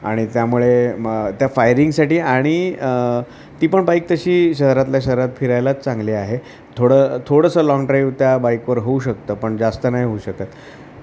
आणि त्यामुळे म त्या फायरिंगसाठी आणि ती पण बाईक तशी शहरातल्या शहरात फिरायलाच चांगली आहे थोडं थोडंसं लाँग ड्राइव्ह त्या बाईकवर होऊ शकतं पण जास्त नाही होऊ शकत